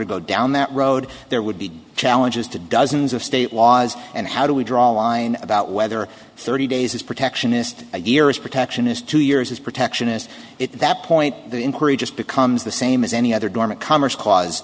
to go down that road there would be challenges to dozens of state laws and how do we draw a line about whether thirty days is protectionist a year is protection is two years is protection is it at that point the inquiry just becomes the same as any other dormant commerce clause